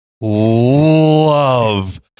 love